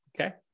okay